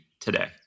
today